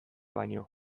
baino